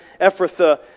Ephrathah